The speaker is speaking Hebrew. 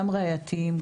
גם ראייתיים,